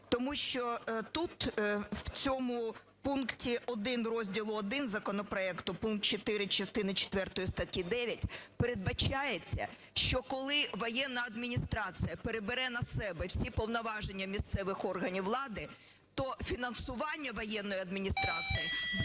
тому що тут в цьому пункті 1 розділу І законопроекту пункт 4 частини четвертої статті 9 передбачається, що коли воєнна адміністрація перебере на себе всі повноваження місцевих органів влади, то фінансування воєнної адміністрації буде